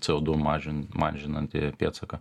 c o du mažin mažinantį pėdsaką